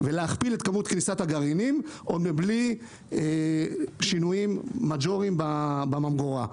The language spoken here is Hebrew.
ולהכפיל את כמות כניסת הגרעינים בלי שינויים מג'וריים בממגורה.